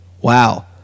Wow